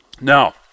Now